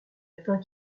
latins